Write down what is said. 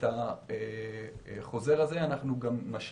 את החוזר הזה אנחנו משלימים